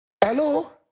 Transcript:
Hello